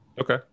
Okay